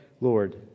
Lord